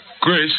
Grace